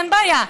אין בעיה.